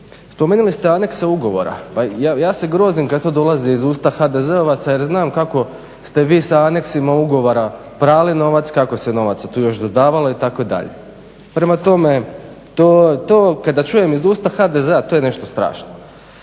Spomenuli ste anekse ugovora. Ja se grozim kad to dolazi iz usta HDZ-ovaca jer znam kako ste vi sa aneksima ugovora prali novac, kako se novaca tu još dodavalo itd. Prema tome, to kada čujem iz usta HDZ-a to je nešto strašno.